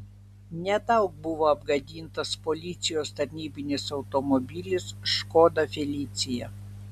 nedaug buvo apgadintas policijos tarnybinis automobilis škoda felicia